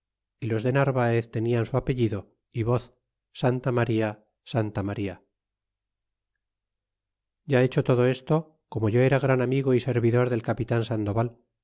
los de narvaez tenian su apellido y voz santa maría santa maría ya hecho todo esto como yo era gran amigo y servidor del capitan sandoval